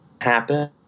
happen